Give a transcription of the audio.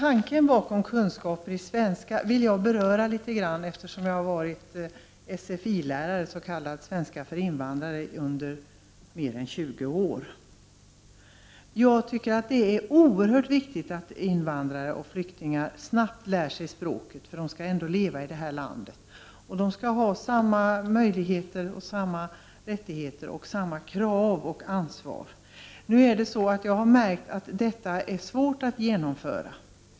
Fru talman! Eftersom jag har varit sfi-lärare — alltså lärare i svenska för invandrare — under mer än 20 år vill jag beröra tanken bakom kunskaper i svenska. Jag tycker det är oerhört viktigt att invandrare och flyktingar snabbt lär sig språket. De skall ändå leva i detta land och ha samma möjligheter och rättigheter och samma krav och ansvar. Jag har dock märkt att detta ibland är svårt att genomföra.